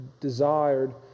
desired